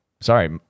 Sorry